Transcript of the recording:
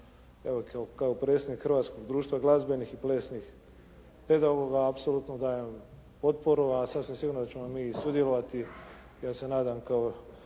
kao predsjednik Hrvatskog društva glazbenih i plesnih …/Govornik se ne razumije./… apsolutno dajem potporu a sasvim sigurno da ćemo mi i sudjelovati ja se nadam kao